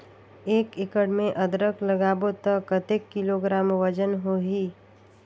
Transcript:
एक एकड़ मे अदरक लगाबो त कतेक किलोग्राम वजन होही?